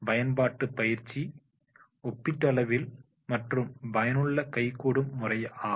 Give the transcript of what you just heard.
பயன்பாட்டு பயிற்சி ஒப்பீட்டளவில் மற்றும் பயனுள்ள கைகூடும் முறையாகும்